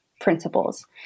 Principles